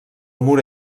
mur